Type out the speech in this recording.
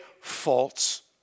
false